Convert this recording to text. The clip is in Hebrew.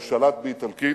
הוא שלט באיטלקית,